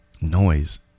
Noise